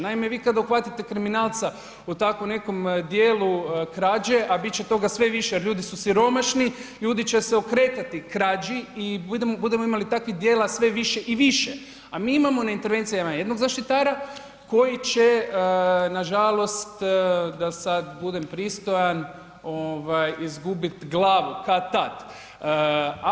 Naime, vi kad uhvatite kriminalca u tako nekom dijelu krađe, a bit će toga sve više jer ljudi su siromašni, ljudi će se okretati krađi i budemo imali takvih djela sve više i više, a mi imamo na intervencijama jednog zaštitara koji će nažalost da sad budem pristojan ovaj izgubit glavu kad-tad.